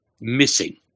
missing